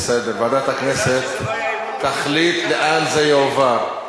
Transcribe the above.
בסדר, ועדת הכנסת תחליט לאן זה יועבר.